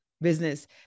business